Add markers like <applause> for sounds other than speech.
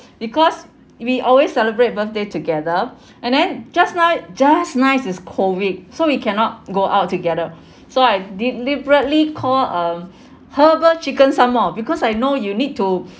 because we always celebrate birthday together <breath> and then just ni~ just nice this COVID so we cannot go out together <breath> so I deliberately call um herbal chicken some more because I know you need to <breath>